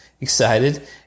excited